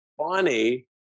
funny